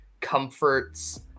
comforts